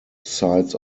sides